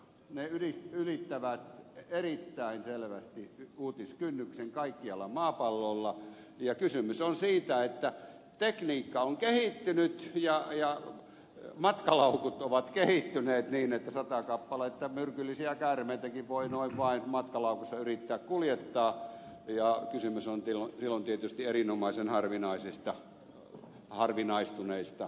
ne ylittävät erittäin selvästi uutiskynnyksen kaikkialla maapallolla ja kysymys on siitä että tekniikka on kehittynyt ja matkalaukut ovat kehittyneet niin että sata kappaletta myrkyllisiä käärmeitäkin voi noin vain matkalaukussa yrittää kuljettaa ja kysymys on silloin tietysti erinomaisen harvinaistuneista lajeista